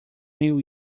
new